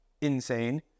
insane